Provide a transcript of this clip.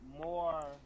more